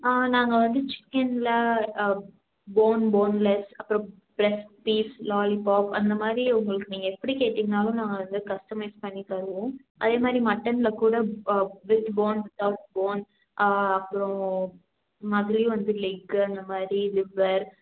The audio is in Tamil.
ஆ நாங்கள் வந்து சிக்கனில் போன் போன்லெஸ் அப்புறம் ப்ரஸ்ட் பீஸ் லாலிபாப் அந்த மாதிரி உங்களுக்கு நீங்கள் எப்படி கேட்டிங்கன்னாலும் நாங்கள் வந்து கஸ்டமைஸ் பண்ணித்தருவோம் அதே மாதிரி மட்டனில் கூட வெஜ் போன் ஸ்டஃப் போன் அப்புறம் இந்த மாதிரி வந்து லெக்கு அந்த மாதிரி லிவர்